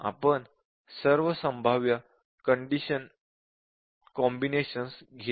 आपण सर्व संभाव्य कंडिशन कॉम्बिनेशन्स घेत नाही